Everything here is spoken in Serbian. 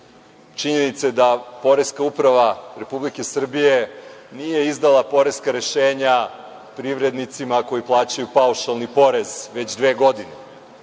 činjenice da poreska uprava Republike Srbije nije izdala poreska rešenja privrednicima koji plaćaju paušalni porez već dve godine. Kada